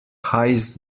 heißt